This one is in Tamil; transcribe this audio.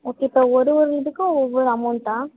ஓகே இப்போ ஒரு ஒரு இதுக்கும் ஒவ்வொரு அமௌண்ட்டா